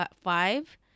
five